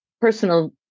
personal